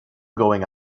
going